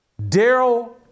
Daryl